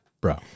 bro